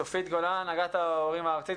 צופית גולן, הנהגת ההורים הארצית.